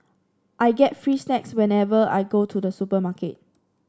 I get free snacks whenever I go to the supermarket